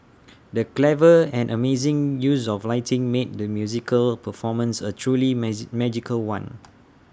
the clever and amazing use of lighting made the musical performance A truly magic magical one